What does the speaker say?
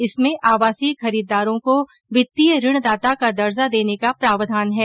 इसमें आवासीय खरीदारों को वित्तीय ऋणदाता का दर्जा देने का प्रावधान है